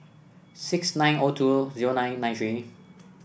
six nine O two zero nine nine three